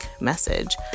message